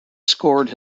scored